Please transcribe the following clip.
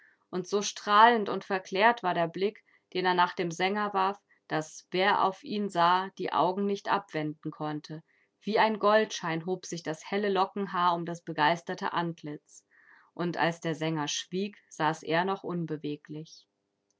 und so strahlend und verklärt war der blick den er nach dem sänger warf daß wer auf ihn sah die augen nicht abwenden konnte wie ein goldschein hob sich das helle lockenhaar um das begeisterte antlitz und als der sänger schwieg saß er noch unbeweglich